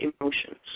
emotions